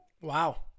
Wow